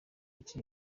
iki